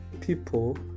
people